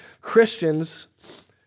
Christians